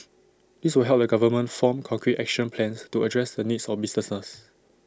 this will help the government form concrete action plans to address the needs of businesses